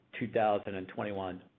2021